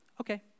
okay